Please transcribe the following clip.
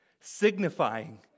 signifying